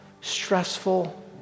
stressful